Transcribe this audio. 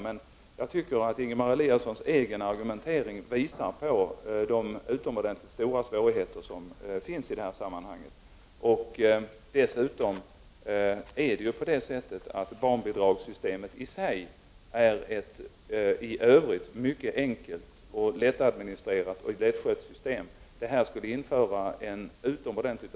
Men jag tycker att Ingemar Eliassons egen argumentering visar på de utomordentligt stora svårigheter som finns i det här sammanhanget. Dessutom är barnbidragssystemet i sig ett i övrigt mycket enkelt, lättadministrerat och lättskött system.